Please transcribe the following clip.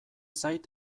zait